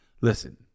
listen